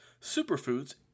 superfoods